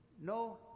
no